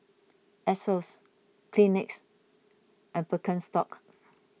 Asos Kleenex and Birkenstock